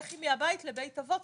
לכי מהבית לבית אבות,